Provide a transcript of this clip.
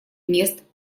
мест